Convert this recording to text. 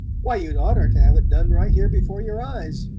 why, you'd oughter to have it done right here before your eyes,